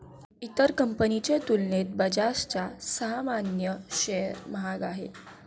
इतर कंपनीच्या तुलनेत बजाजचा सामान्य शेअर महाग आहे